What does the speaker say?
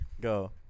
Go